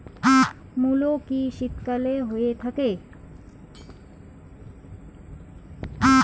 মূলো কি শীতকালে হয়ে থাকে?